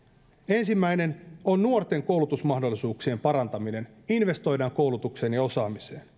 ensimmäinen on nuorten koulutusmahdollisuuksien parantaminen investoidaan koulutukseen ja osaamiseen